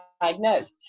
diagnosed